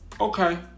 Okay